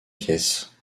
pièce